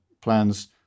plans